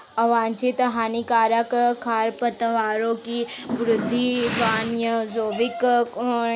अवांछित हानिकारक खरपतवारों की वृद्धि वन्यजीवों के आवास को ख़राब कर सकती है